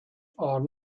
are